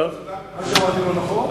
מה שאמרתי הוא לא נכון?